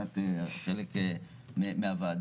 ואז תהיה חלק מהוועדה,